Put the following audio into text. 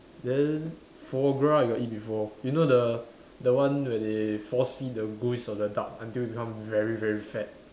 then foie-gras I got eat before you know the the one where they force feed the goose or the duck until it become very very fat